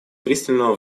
пристального